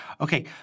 Okay